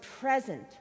present